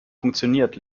funktioniert